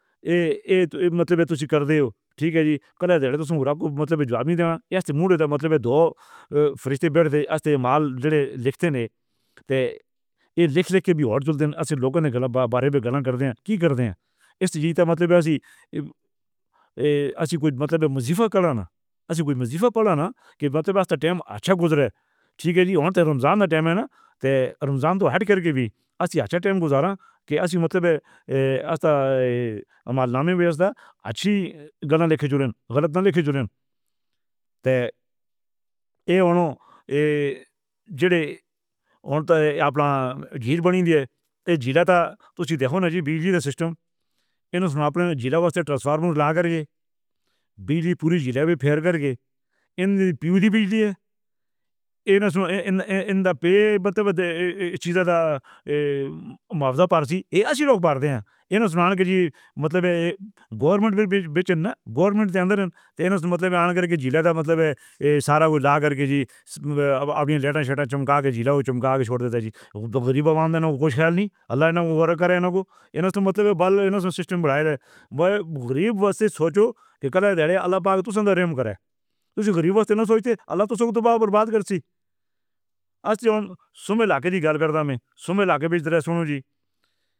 تے ایہ تُس کری لیو۔ ٹھیک ہے جی، کل دیر رات تو صورت۔ مطلب رام دیوانا یا منڈے دا مطلب ہے۔ دو فرشتے۔ بیٹھتے، استی مال دے لکھتے نہ۔ تے ایہ لکھ لکھ کے بھی۔ اور جلدی اصلوں نے بارے میں گالیاں کردے ہیں۔ کی کردے ہیں استعمال کرنا۔ اسی۔ ایہ اسی کوئی مطلب مستی پھیرانا۔ اسی کوئی مذاق کرنا کی مطلب ٹائم اچھا گزرے۔ ٹھیک ہے جی اور تے رمضان ٹائم ہے نا۔ تے رمضان دے بیچ اسی اچھا ٹائم گزاریا۔ کے اسی مطلب ہے۔ استانا عمال نامی ہوتا اچھی گالیاں لکھی جو غلط گالیاں لکھی ہوئے ہیں۔ تے ایہ ہونا ایہ جیہڑے ہوندے آپݨ۔ جھیل بݨی دیتے۔ تے جیلا تا تُسی دیکھو نا جی دے سسٹم۔ انھوں نے اپنے جیلا والیاں کو صاف کریں۔ بجلی پوری دنیا وچ پھیل کر کے ایں پی وی دی پی جی ہے۔ انہاں سے انہاں دے پی مطلب چیز دا معاوضہ سی یہ اچھی بات ہے۔ یہ سنانے دے لیے مطلب ہے گورنمنٹ، گورنمنٹ۔ انہاں دے آن کر کے جیلا تا مطلب سارا او علاقہ دے جی ابھی لیٹ چمکا کے جیلا کو چمکا کے چھوڑ دیندے جی۔ غریباں کو خیال نہ کریں گے۔ انہاں سے مطلب سسٹم بنایا گیا ہے۔ اوہ غریباں سے سوچو کہ کل اللہ پاک نے کرے تو غریباں سے سوچتے اللہ تُمہیں برباد کر دی۔ آج صبح علاقے دی گل کردا ہے۔ میں سومیلہ دے اندر سنو جی۔